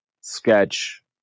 sketch